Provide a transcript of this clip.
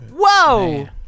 Whoa